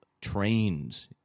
trained